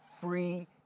free